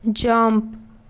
jump